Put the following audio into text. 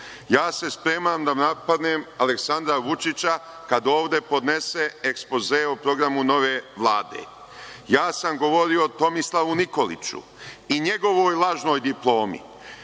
Ja se spremam da napadnem Aleksandra Vučića kad ovde podnese ekspoze o programu nove Vlade. Ja sam govorio o Tomislavu Nikoliću i njegovoj lažnoj diplomi.